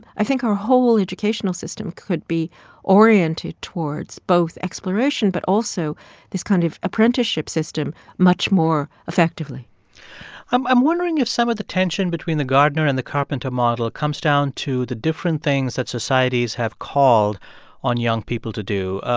i think our whole educational system could be oriented towards both exploration but also this kind of apprenticeship system much more effectively i'm i'm wondering if some of the tension between the gardener and the carpenter model comes down to the different things that societies have called on young people to do.